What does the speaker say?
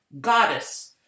goddess